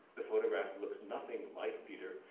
the photograph looks nothing like peter,